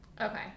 Okay